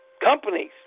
companies